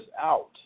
out